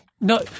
No